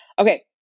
Okay